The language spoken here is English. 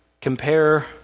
compare